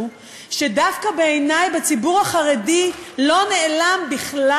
שדווקא בעיני בציבור החרדי לא נעלם בכלל,